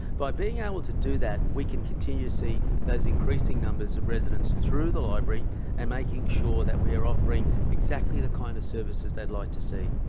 by being able to do that, we can continue to see those increasing numbers of residents through the library and making sure that we are offering exactly the kind of services they'd like to see.